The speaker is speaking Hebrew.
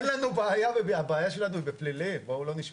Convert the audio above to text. רגע, הבעיה שלנו היא בפליליים, בואו לא נשכח.